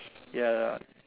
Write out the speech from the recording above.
ya